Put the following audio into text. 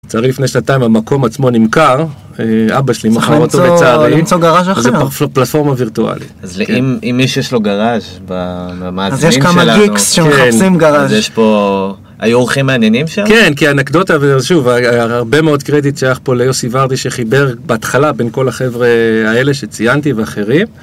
לצערי לפני שנתיים, המקום עצמו נמכר, אבא שלי מכר אותו לצערי, אז זה פלטפורמה וירטואלית. אז אם מישהו יש לו גראז' במאזינים שלנו, אז יש פה, היו עורכים מעניינים שם? כן, כי האנקדוטה, ושוב, הרבה מאוד קרדיט שייך פה ליוסי ורדי שחיבר בהתחלה בין כל החבר'ה האלה שציינתי ואחרים.